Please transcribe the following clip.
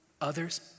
others